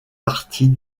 partie